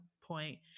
point